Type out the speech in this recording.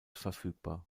verfügbar